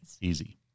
Easy